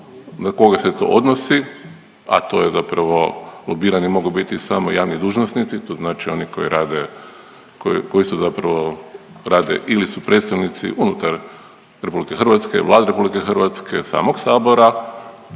na koga se to odnosi, a to je zapravo lobiranje mogu biti samo javni dužnosnici, to znači oni koji rade, koji, koji su zapravo rade ili su predstavnici unutar RH, Vlade RH, samog sabora,